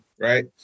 right